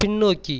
பின்னோக்கி